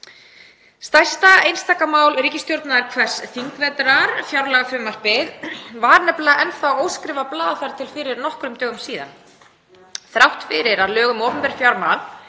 Stærsta einstaka mál ríkisstjórnar hvers þingvetrar, fjárlagafrumvarpið, var nefnilega enn óskrifað blað þar til fyrir nokkrum dögum, þrátt fyrir að lög um opinber fjármál